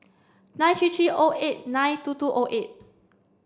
nine three three O eight nine two two O eight